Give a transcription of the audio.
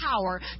power